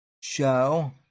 show